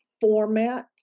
format